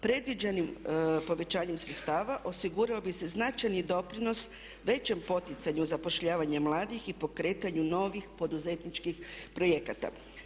Predviđenim povećanjem sredstava osigurao bi se značajni doprinos većem poticanju zapošljavanja mladih i pokretanju novih poduzetničkih projekata.